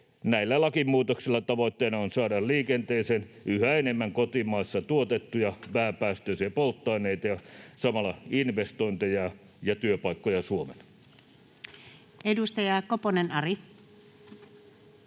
näillä lakimuutoksilla tavoitteena on saada liikenteeseen yhä enemmän kotimaassa tuotettuja vähäpäästöisiä polttoaineita ja samalla investointeja ja työpaikkoja Suomelle. [Speech